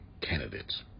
candidates